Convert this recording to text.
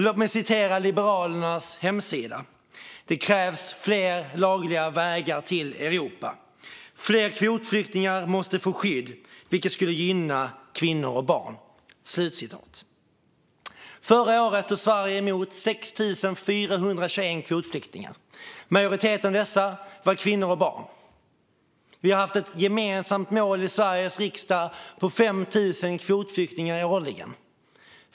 Låt mig citera Liberalernas hemsida: "Det behövs fler lagliga vägar till Europa. Fler kvotflyktingar måste få skydd, vilket skulle gynna kvinnor och barn." Förra året tog Sverige emot 6 421 kvotflyktingar. Majoriteten av dem var kvinnor och barn. Vi har haft ett gemensamt mål i Sveriges riksdag på 5 000 kvotflyktingar årligen.